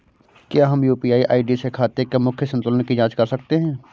क्या हम UPI ID से खाते के मूख्य संतुलन की जाँच कर सकते हैं?